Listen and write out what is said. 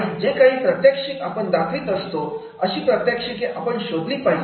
आणि जे काही प्रात्यक्षिके आपण दाखवित असतो अशी प्रात्यक्षिके आपण शोधली पाहिजेत